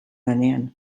lanean